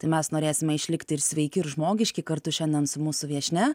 tai mes norėsime išlikti ir sveiki ir žmogiški kartu šiandien su mūsų viešnia